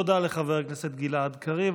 תודה לחבר הכנסת גלעד קריב.